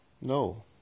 No